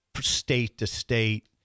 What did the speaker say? state-to-state